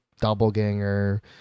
doppelganger